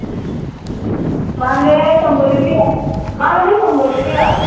बांगडे शंबर रुपया बांगडे शंबर रुपया